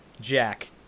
Jack